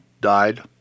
died